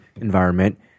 environment